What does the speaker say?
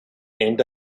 end